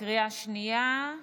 בקריאה שנייה.